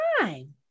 time